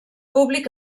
públic